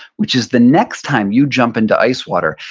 which is the next time you jump into ice water,